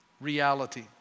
Reality